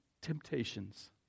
temptations